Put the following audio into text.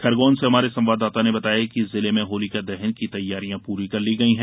खरगोन से हमारे संवाददाता ने बताया है कि जिले में होलिका दहन की तैयारियां पूरी कर ली गई है